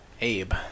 Abe